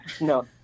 no